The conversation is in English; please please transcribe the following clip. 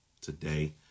today